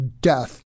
death